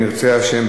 אם ירצה השם,